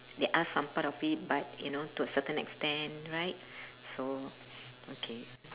there are some part of it but you know to a certain extent right so okay